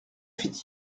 fit